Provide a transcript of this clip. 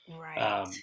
Right